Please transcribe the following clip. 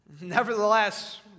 nevertheless